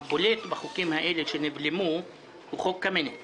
החוק הבולט בחוקים שנבלמו הוא חוק קמיניץ